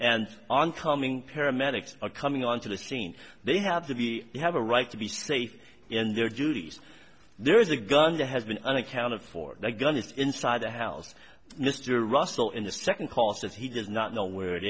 and oncoming paramedics are coming on to the scene they have to be you have a right to be safe in their duties there is a gun that has been unaccounted for that gun is inside the house mr russell in the second cause that he does not know where it